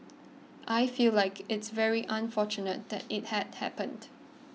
I feel like it's very unfortunate that it had happened